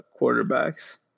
quarterbacks